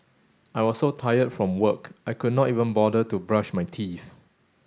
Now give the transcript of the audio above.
I was so tired from work I could not even bother to brush my teeth